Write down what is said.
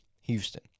Houston